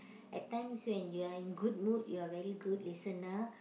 at times when you are in good mood you are very good listener